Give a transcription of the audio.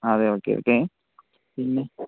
അതെ okay okay പിന്നെ